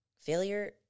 failure